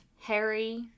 Harry